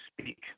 speak